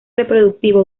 reproductiva